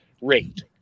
rate